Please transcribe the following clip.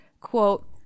quote